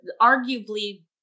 arguably